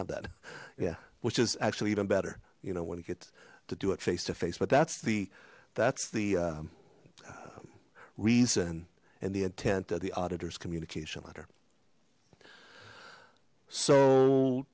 have that yeah which is actually even better you know when it gets to do it face to face but that's the that's the reason and the intent of the auditors communication letter so